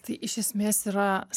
tai iš esmės yra